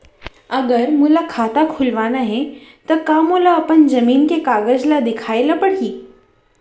अगर मोला खाता खुलवाना हे त का मोला अपन जमीन के कागज ला दिखएल पढही?